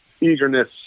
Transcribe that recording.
eagerness